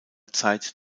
zeit